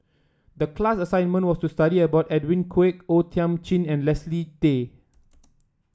the class assignment was to study about Edwin Koek O Thiam Chin and Leslie Tay